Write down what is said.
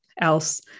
else